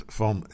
van